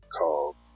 called